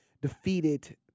defeated